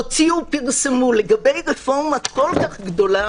הוציאו, פרסמו; לגבי רפורמה כל כך גדולה